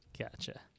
Gotcha